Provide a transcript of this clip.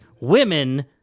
Women